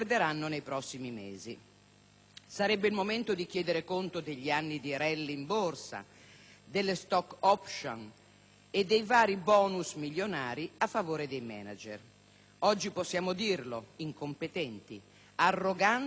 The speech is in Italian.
Sarebbe il momento di chiedere conto degli anni di *rally* in Borsa, delle *stock option* e dei vari *bonus* milionari a favore dei manager. Oggi possiamo dirlo: incompetenti; arroganti ed incompetenti.